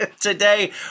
Today